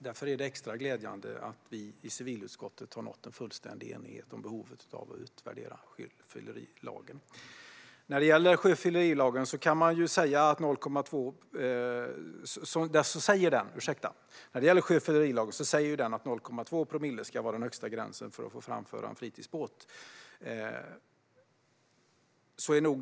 Därför är det extra glädjande att vi i civilutskottet har nått fullständig enighet om behovet av att utvärdera sjöfyllerilagen. Sjöfyllerilagen säger att 0,2 promille ska vara den högsta gränsen för att få framföra en fritidsbåt.